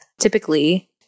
typically